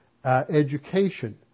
Education